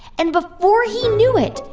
and before he knew it,